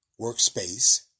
workspace